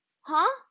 Huh